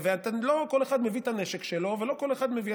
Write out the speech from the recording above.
ולא כל אחד מביא את הנשק שלו ולא כל אחד מביא.